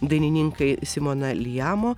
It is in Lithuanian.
dainininkai simona lijamo